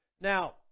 Now